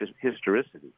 historicity